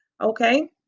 Okay